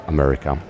America